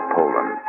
Poland